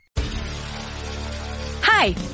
Hi